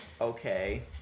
Okay